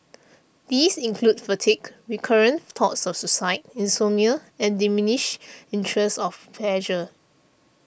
these include fatigue recurrent thoughts of suicide insomnia and diminished interest of pleasure